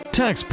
tax